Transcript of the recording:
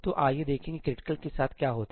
तो आइए देखें कि 'critical' के साथ क्या होता है